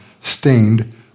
stained